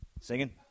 Singing